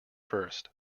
first